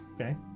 Okay